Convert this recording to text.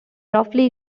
roughly